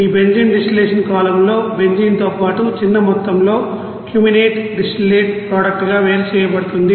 ఈ benzene distillation column లో benzene తో పాటు చిన్న మొత్తంలో క్యూమెనేట్ డిస్టిలేట్ ప్రోడక్ట్ గా వేరు చేయబడుతుంది